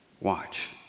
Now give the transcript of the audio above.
Watch